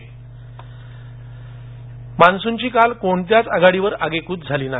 हवामान मान्सूनची काल कोणत्याच आघाडीवर आगेकूच झाली नाही